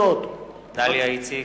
דליה איציק,